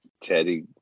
Teddy